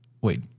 Wait